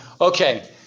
Okay